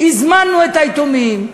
הזמנו את היתומים,